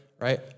Right